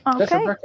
Okay